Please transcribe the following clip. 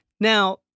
Now